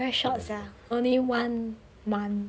very short sia only one month